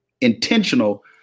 intentional